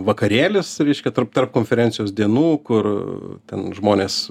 vakarėlis ryškia tarp tarp konferencijos dienų kur ten žmonės